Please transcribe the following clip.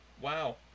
wow